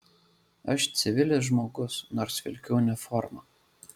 aš civilis žmogus nors vilkiu uniformą